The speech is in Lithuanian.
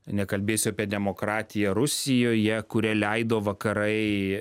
nekalbėsiu apie demokratiją rusijoje kurią leido vakarai